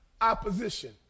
Opposition